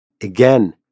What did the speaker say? again